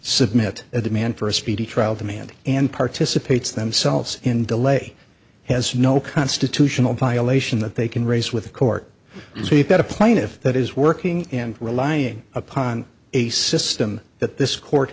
submit a demand for a speedy trial demand and participates themselves in delay has no constitutional violation that they can raise with the court so you've got a plane if that is working and relying upon a system that this court